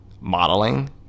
modeling